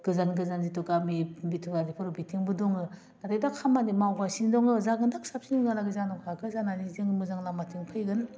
गोजान गोजान जिथु गामि बिथोराव बेफोर बिथिंबो दङ नाथाय दा खामानि मावगासिनो दङ जागोनदां साबसिनाहालागै जानो हागौ जानानै जों मोजां लामथिं फैगोन